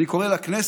אני קורא לכנסת